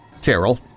Terrell